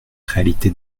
réalité